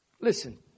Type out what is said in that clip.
Listen